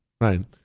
Right